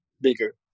bigger